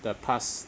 the past